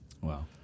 Wow